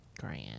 Grand